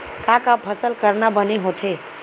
का का फसल करना बने होथे?